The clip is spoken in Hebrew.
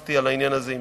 שוחחתי על העניין הזה עם